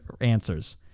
answers